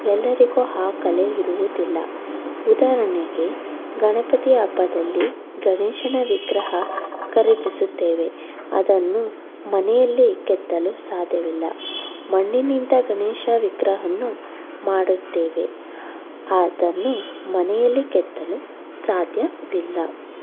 ಎಲ್ಲರಿಗೂ ಆ ಕಲೆ ಇರುವುದಿಲ್ಲ ಉದಾಹರಣೆಗೆ ಗಣಪತಿ ಹಬ್ಬದಲ್ಲಿ ಗಣೇಶನ ವಿಗ್ರಹ ಖರೀದಿಸುತ್ತೇವೆ ಅದನ್ನು ಮನೆಯಲ್ಲಿ ಕೆತ್ತಲು ಸಾಧ್ಯವಿಲ್ಲ ಮಣ್ಣಿನಿಂದ ಗಣೇಶ ವಿಗ್ರಹವನ್ನು ಮಾಡುತ್ತೇವೆ ಅದನ್ನು ಮನೆಯಲ್ಲಿ ಕೆತ್ತಲು ಸಾಧ್ಯವಿಲ್ಲ